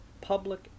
public